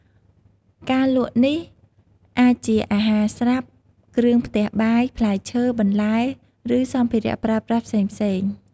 ការលក់នេះអាចជាអាហារស្រាប់ គ្រឿងផ្ទះបាយ ផ្លែឈើ បន្លែ ឬសម្ភារៈប្រើប្រាស់ផ្សេងៗ។